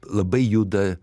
labai juda